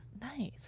Nice